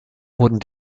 wurden